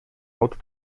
alto